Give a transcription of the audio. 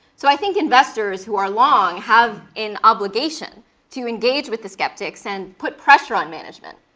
so i think investors who are long have an obligation to engage with the skeptics and put pressure on management.